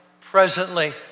presently